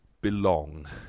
belong